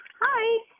hi